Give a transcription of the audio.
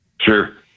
Sure